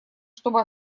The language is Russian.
чтобы